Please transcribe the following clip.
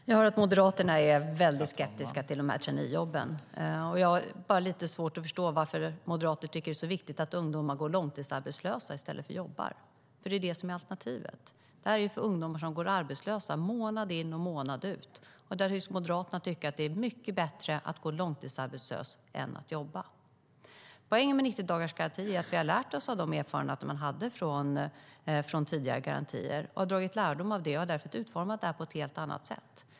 Herr talman! Jag hör att Moderaterna är väldigt skeptiska till traineejobben. Jag har lite svårt att förstå varför moderater tycker att det är så viktigt att ungdomar går långtidsarbetslösa i stället för att jobba. Det är alternativet. Detta är för ungdomar som går arbetslösa månad in och månad ut. Moderaterna verkar tycka att det är mycket bättre att gå långtidsarbetslös än att jobba. Vad gäller 90-dagarsgarantin har vi lärt oss av de erfarenheter man hade från tidigare garantier. Vi har dragit lärdom av det och har därför utformat det på ett helt annat sätt.